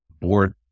board